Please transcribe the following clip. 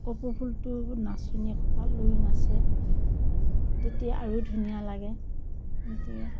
কপৌ ফুলটো নাচনিয়ে খোপাত লৈ নাচে তেতিয়া আৰু ধুনীয়া লাগে